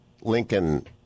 Lincoln